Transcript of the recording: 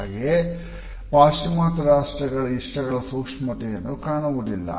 ಹಾಗೆಯೇ ಪಾಶ್ಚಿಮಾತ್ಯ ರಾಷ್ಟ್ರಗಳ ಇಷ್ಟಗಳು ಸೂಕ್ಷ್ಮತೆಯನ್ನು ಕಾಣುವುದಿಲ್ಲ